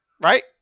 right